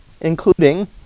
including